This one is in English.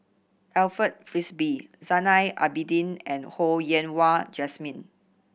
Alfred Frisby Zainal Abidin and Ho Yen Wah Jesmine